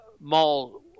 Mall